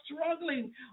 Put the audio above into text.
struggling